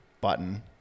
button